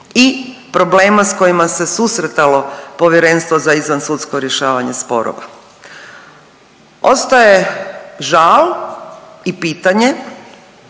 i problema s kojima se susretalo Povjerenstvo za izvansudsko rješavanje sporova. Ostaje žal i pitanje